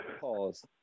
Pause